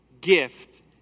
gift